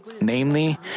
Namely